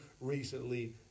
recently